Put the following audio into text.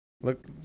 Look